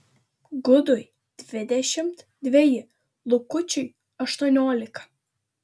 gudui dvidešimt dveji lukučiui aštuoniolika